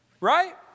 Right